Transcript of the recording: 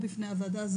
בואי זה